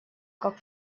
как